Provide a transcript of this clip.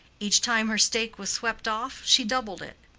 each time her stake was swept off she doubled it.